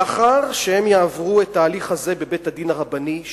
לאחר שהם יעברו את ההליך הזה בבית-הדין הרבני,